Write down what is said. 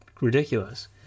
ridiculous